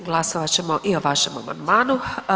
Glasovat ćemo i o vašem amandmanu.